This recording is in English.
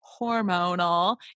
hormonal